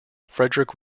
frederick